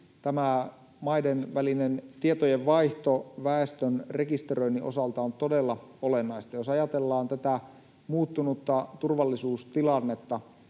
tämä maiden välinen tietojenvaihto väestön rekisteröinnin osalta on todella olennaista. Jos ajatellaan tätä muuttunutta turvallisuustilannetta